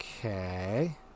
Okay